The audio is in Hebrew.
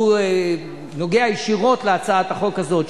שנוגע ישירות להצעת החוק הזאת,